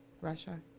Russia